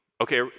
okay